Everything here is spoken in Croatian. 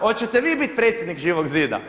Hoćete vi bit predsjednik Živog zida?